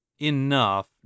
enough